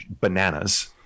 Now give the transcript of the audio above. bananas